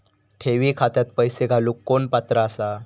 ठेवी खात्यात पैसे घालूक कोण पात्र आसा?